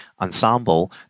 Ensemble